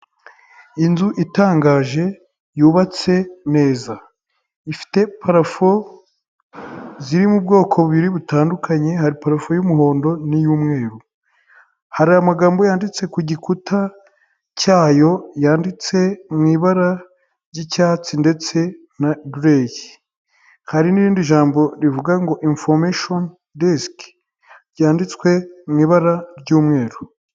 Inzu itangaje yubatse Neza ifite parafo ziri mu bwoko bubiri butandukanye hari parofo y'umuhondo n'iy'umweru hari amagambo yanditse ku gikuta cyayo yanditse mu ibara ry'icyatsi ndetse na gereyi, hari n'irindi jambo rivuga ngo infomesheni desike ryanditswe mu ibara ry'umweru.